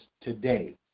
today